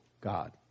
God